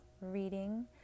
reading